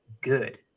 good